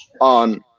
on